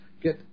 get